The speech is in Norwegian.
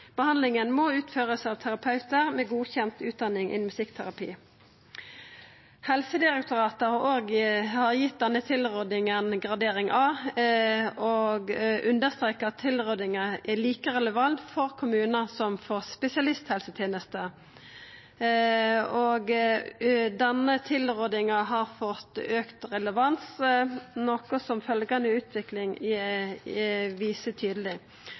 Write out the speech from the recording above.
Behandlingen må utføres av terapeuter med godkjent utdanning innen musikkterapi.» Helsedirektoratet har gitt denne tilrådinga gradering A og understrekar at tilrådinga er like relevant for kommunar som for spesialisthelsetenesta. Denne tilrådinga har fått auka relevans, noko som følgjande utvikling viser tydeleg. Regjeringa gav i